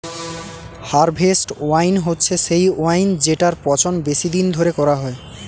harvest wine হচ্ছে সেই wine জেটার পচন বেশি দিন ধরে করা হয়